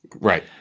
Right